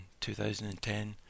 2010